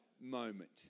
moment